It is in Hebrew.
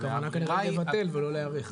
כי הכוונה כנראה לבטל ולא להיערך.